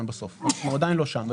אנחנו עדיין לא שם.